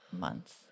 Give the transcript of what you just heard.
months